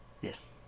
Yes